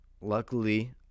Luckily